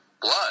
blood